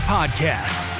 Podcast